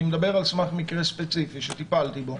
אני מדבר על סמך מקרה ספציפי שטיפלתי בו,